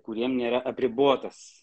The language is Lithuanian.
kuriems nėra apribotas